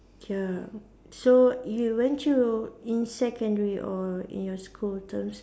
ya so you went to in secondary or in your school terms